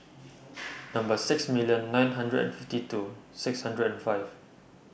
Number six million nine hundred and fifty two six hundred and five